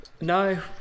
No